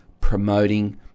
promoting